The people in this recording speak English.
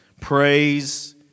praise